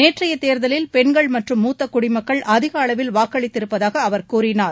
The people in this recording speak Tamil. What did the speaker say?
நேற்றைய தேர்தலில் பெண்கள் மற்றும் மூத்த குடிமக்கள் அதிக அளவில் வாக்களித்திருப்பதாக அவர் கூறினார்